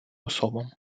особам